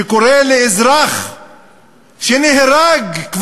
שקורא לאזרח שכבר נהרג,